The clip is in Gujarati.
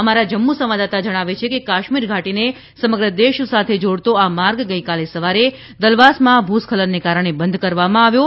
અમારા જમ્મુ સંવાદદાતા જણાવે છે કે કાશ્મીર ઘાટીને સમગ્ર દેશ સાથે જોડતો આ માર્ગ ગઇકાલે સવારે દલવાસમાં ભૂ સ્ખલનને કારણે બંધ કરવામાં આવ્યો હતો